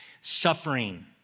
suffering